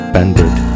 Bandit